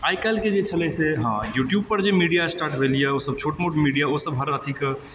आइ काल्हिके जे छलै से हँ यूट्यूब पर जे मीडिया स्टार्ट भेल यऽ ओसब छोट मोट मीडिया ओसब हर अथीके